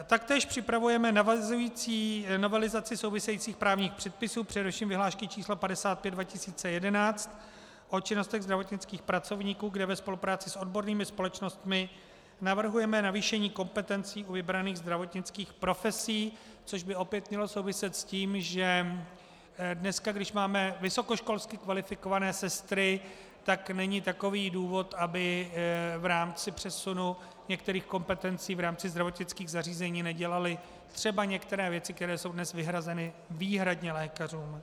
Taktéž připravujeme navazující novelizaci souvisejících právních předpisů, především vyhlášky č. 55/2011 Sb., o činnostech zdravotnických pracovníků, kde ve spolupráci s odbornými společnostmi navrhujeme navýšení kompetencí u vybraných zdravotnických profesí, což by opět mělo souviset s tím, že dneska, když máme vysokoškolsky kvalifikované sestry, tak není takový důvod, aby v rámci přesunu některých kompetencí v rámci zdravotnických zařízení nedělaly třeba některé věci, které jsou dnes vyhrazeny výhradně lékařům.